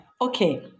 Okay